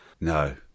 No